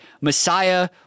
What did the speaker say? Messiah